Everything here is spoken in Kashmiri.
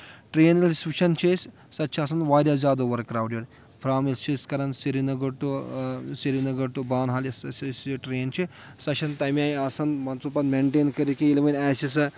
ٹرین ییٚلہِ أسۍ وٕچھان چھِ أسۍ سۄ تہِ چھِ آسان واریاہ زیادٕ اُور کرٛاوڈٕڈ فرٛام ییٚلہِ چھِ أسۍ کران Srinagar to Srinagar to Banihal یۄس یہِ ٹرٛین چھِ سۄ چھَنہٕ تَمہِ آیہِ آسان مان ژٕ پتہٕ مینٹین کٔرِتھ کینٛہہ ییٚلہِ وۄنۍ آسہِ سۄ